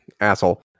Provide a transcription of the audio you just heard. Asshole